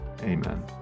Amen